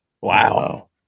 Wow